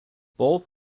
both